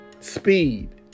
speed